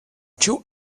two